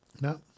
No